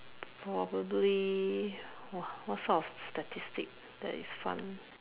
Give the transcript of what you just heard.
probably !wah! what sort of statistic that is fun